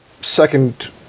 second